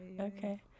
Okay